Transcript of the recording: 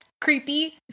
creepy